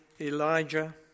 Elijah